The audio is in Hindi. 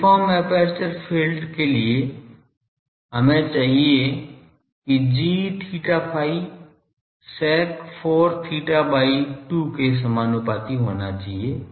यूनिफार्म एपर्चर फील्ड के लिए हमें चाहिए कि g theta phi sec 4 theta by 2 के समानुपाती होना चाहिए